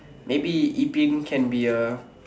maybe yi-ping can be a